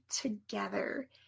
together